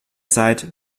zeit